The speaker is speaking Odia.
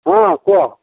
ହଁ କୁହ